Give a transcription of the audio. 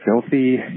filthy